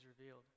revealed